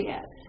Yes